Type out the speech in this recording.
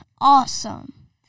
Awesome